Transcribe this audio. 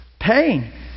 Pain